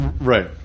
Right